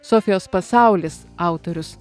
sofijos pasaulis autorius